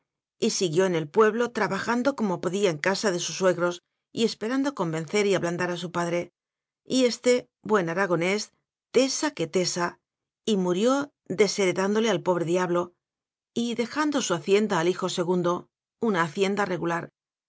siguió en el pueblo trabajando como podía en casa de sus suegros y esperando conven cer y ablandar a su padre y éste buen ara gonés tesa que tesa y murió desheredán dole al pobre diablo y dejando su hacienda al hijo segundo una hacienda regular